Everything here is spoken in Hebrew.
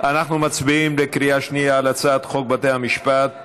אנחנו מצביעים בקריאה שנייה על הצעת חוק בתי המשפט